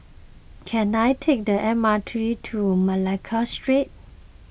can I take the M R T to Malacca Street